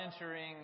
entering